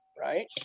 Right